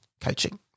coaching